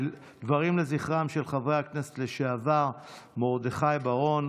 דברים לזכרם של חברי הכנסת לשעבר מרדכי בר-און